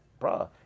bruh